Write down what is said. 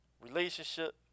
relationship